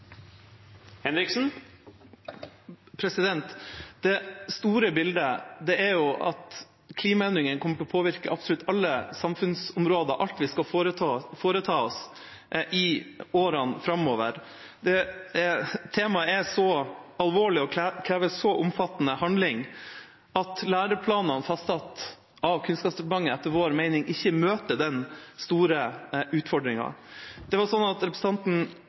at klimaendringene kommer til å påvirke absolutt alle samfunnsområder, alt vi skal foreta oss i årene framover. Temaet er så alvorlig og krever så omfattende handling at læreplanene som er fastsatt av Kunnskapsdepartementet, etter vår mening ikke møter den store utfordringen. Representanten Gudmundsen fra Høyre snakket om tillit til lærerprofesjonen. Man kunne nesten få inntrykk av at